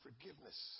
Forgiveness